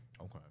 okay